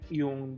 yung